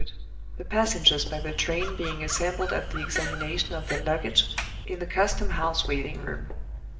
the passengers by the train being assembled at the examination of their luggage in the custom-house waiting-room.